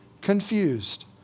confused